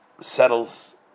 settles